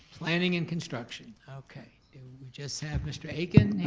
planning and construction, okay. do we just have mr. akin